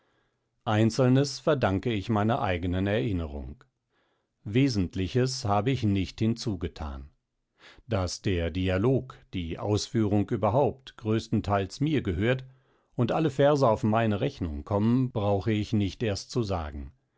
einzelnes verdanke ich meiner eigenen erinnerung wesentliches habe ich nicht hinzugethan daß der dialog die ausführung überhaupt gröstentheils mir gehört und alle verse auf meine rechnung kommen brauche ich nicht erst zu sagen